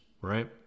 right